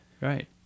right